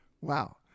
Wow